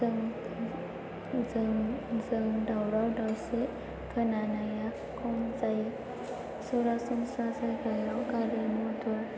जों दावराव दावसि खोनानाया खम जायो सरासनस्रा जायगायाव गारि मटर